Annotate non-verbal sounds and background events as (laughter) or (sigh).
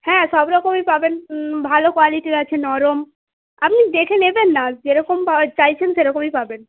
হ্যাঁ সব রকমই পাবেন ভালো কোয়ালিটির আছে নরম আপনি দেখে নেবেন না যেরকম (unintelligible) চাইছেন সেরকমই পাবেন